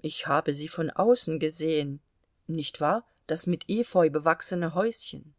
ich habe sie von außen gesehen nicht wahr das mit efeu bewachsene häuschen